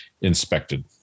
inspected